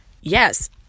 Yes